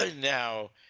Now